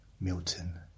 Milton